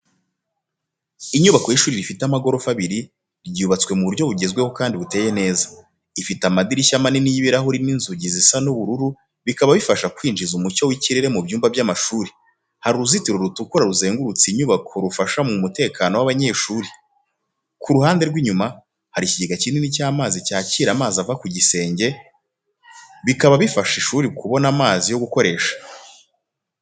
Inyubako y’ishuri rifite amagorofa abiri, ryubatse mu buryo bugezweho kandi buteye neza. Ifite amadirishya manini y'ibirahuri n'inzugi zisa n'ubururu bikaba bifasha kwinjiza umucyo w’ikirere mu byumba by’ishuri. Hari uruzitiro rutukura ruzengurutse inyubako rufasha mu mutekano w'abanyeshuri. Ku ruhande rw’inyuma, hari ikigega kinini cy’amazi cyakira amazi ava ku gisenge, bikaba bifasha ishuri kubona amazi yo gukoresha.